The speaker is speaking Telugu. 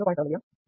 7 mA 1